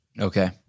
Okay